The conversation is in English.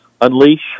Unleash